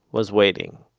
was waiting.